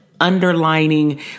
underlining